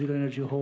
yeah energy